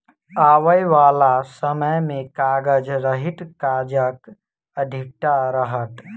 आबयबाला समय मे कागज रहित काजक अधिकता रहत